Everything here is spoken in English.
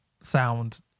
sound